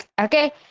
okay